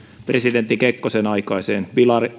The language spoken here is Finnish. presidentti kekkosen aikaiseen